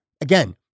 again